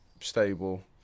stable